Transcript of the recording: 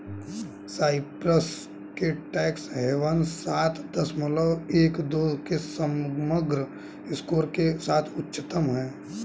Cyprus के tax havens सात दशमलव एक दो के समग्र स्कोर के साथ उच्चतम हैं